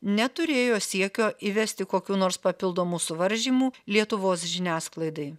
neturėjo siekio įvesti kokių nors papildomų suvaržymų lietuvos žiniasklaidai